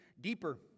deeper